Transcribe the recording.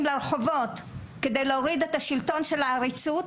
אל הרחובות כדי להוריד את שלטון העריצות,